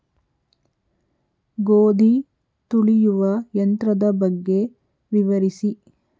ಗೋಧಿ ತುಳಿಯುವ ಯಂತ್ರದ ಬಗ್ಗೆ ವಿವರಿಸಿ?